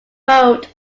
wrote